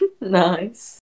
Nice